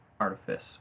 artifice